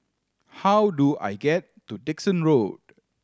how do I get to Dickson Road